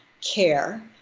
care